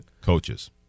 coaches